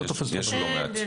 יש לא מעט.